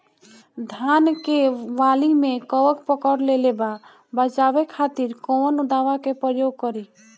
धान के वाली में कवक पकड़ लेले बा बचाव खातिर कोवन दावा के प्रयोग करी?